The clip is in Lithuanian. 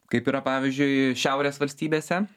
kaip yra pavyzdžiui šiaurės valstybėse